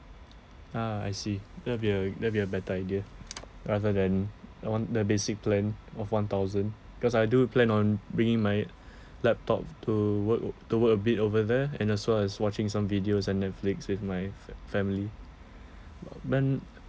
ah I see that'll be a that'll be a better idea rather than that one the basic plan of one thousand because I do plan on bringing my laptop to work to work a bit over there and as well as watching some videos and netflix with my fa~ family then